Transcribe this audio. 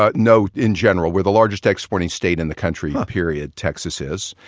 ah no. in general. we're the largest exporting state in the country, period, texas is.